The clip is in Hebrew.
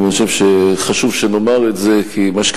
אני חושב שחשוב שנאמר את זה,